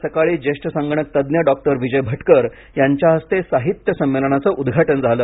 आज सकाळी ज्येष्ठ संगणक तज्ज्ञ डॉक्टर विजय भटकर यांच्या हस्ते साहित्य संमेलनाचं उद्घाटन झालं